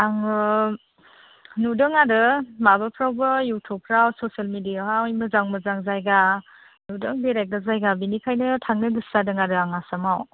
आङो नुदों आरो माबाफ्रावबो युटियुबफोराव ससियेल मेदियायावहाय मोजां मोजां जायगा नुदों बेरायग्रा जायगा बिनिखायनो थांनो गोसो जादों आरो आं आसामाव